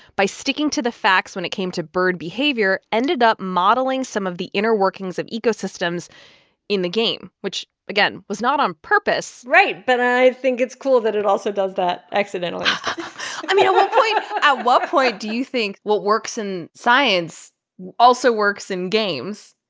by sticking to the facts when it came to bird behavior, ended up modeling some of the inner workings of ecosystems in the game, which, again, was not on purpose right. but i think it's cool that it also does that accidentally i mean, at ah what point do you think what works in science also works in games?